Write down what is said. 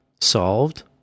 solved